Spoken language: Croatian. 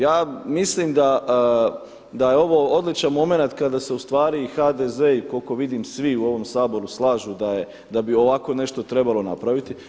Ja mislim da je ovo odličan momenat kada se ustvari i HDZ i koliko vidim svi u ovom Saboru slažu da bi ovako nešto trebalo napraviti.